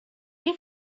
این